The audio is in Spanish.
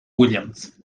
williams